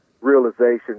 realization